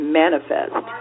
manifest